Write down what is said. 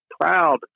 proud